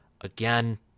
Again